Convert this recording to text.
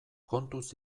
kontuz